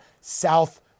South